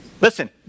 Listen